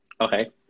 Okay